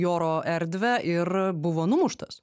į oro erdve ir buvo numuštas